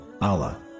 Allah